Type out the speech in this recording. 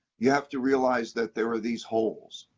you have to realize that there are these holes.